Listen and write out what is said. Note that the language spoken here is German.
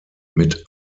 mit